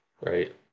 right